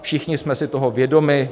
Všichni jsme si toho vědomi.